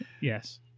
yes